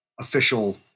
official